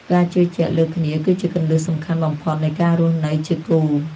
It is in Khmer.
ការជឿជាក់លើគ្នាគឺជាគន្លឹះសំខាន់បំផុតនៃការរស់នៅជាគូ។